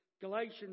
Galatians